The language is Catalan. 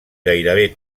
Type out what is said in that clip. gairebé